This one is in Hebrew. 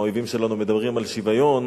שלנו מדברים על שוויון,